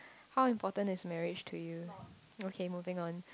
how important is marriage to you okay moving on